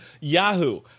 Yahoo